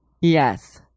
Yes